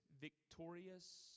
victorious